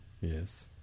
Yes